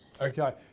Okay